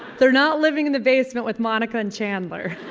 their not living in the basement with monica and chandler